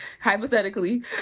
hypothetically